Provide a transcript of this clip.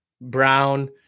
Brown